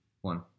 One